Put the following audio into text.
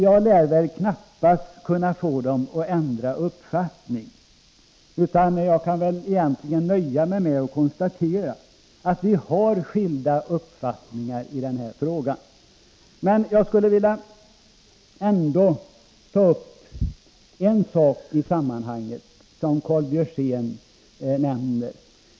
Jag lär knappast kunna få dem att ändra uppfattning, och jag kan egentligen nöja mig med att konstatera att vi har skilda uppfattningar i denna fråga. Men jag skulle ändå i detta sammanhang vilja ta upp en sak som Karl Björzén nämner.